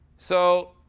so,